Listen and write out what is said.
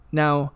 now